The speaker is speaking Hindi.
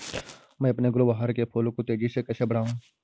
मैं अपने गुलवहार के फूल को तेजी से कैसे बढाऊं?